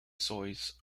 soils